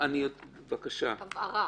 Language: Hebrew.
הבהרה.